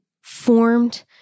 formed